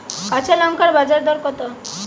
কাঁচা লঙ্কার বাজার দর কত?